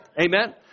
Amen